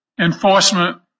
enforcement